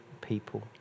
people